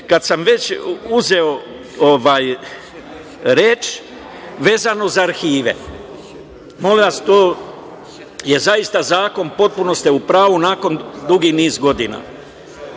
sam već uzeo reč, vezano za arhive, molim vas, to je zaista zakon, potpuno ste u pravu, nakon dugog niza godina.